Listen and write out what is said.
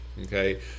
okay